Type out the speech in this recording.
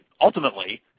ultimately